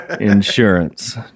insurance